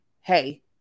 hey